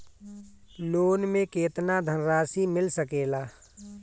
Loan मे केतना धनराशी मिल सकेला?